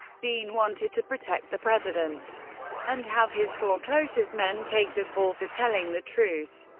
dean wanted to protect the president and have his four closest men take the fall for telling the truth.